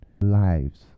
lives